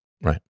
right